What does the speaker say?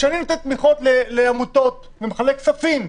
כשאני נותן תמיכות לעמותות ומחלק כספים,